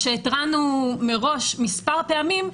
מה שהתרענו עליו מראש מספר פעמים.